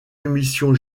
émissions